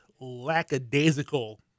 lackadaisical